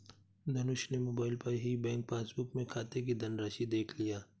धनुष ने मोबाइल पर ही बैंक पासबुक में खाते की धनराशि देख लिया